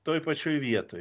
toj pačioj vietoj